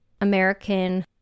American